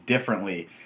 differently